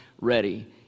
ready